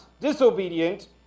disobedient